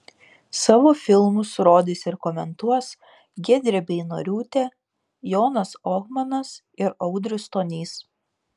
savo filmus rodys ir komentuos giedrė beinoriūtė jonas ohmanas ir audrius stonys